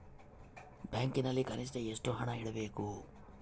ಬ್ಯಾಂಕಿನಲ್ಲಿ ಕನಿಷ್ಟ ಎಷ್ಟು ಹಣ ಇಡಬೇಕು?